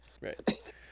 right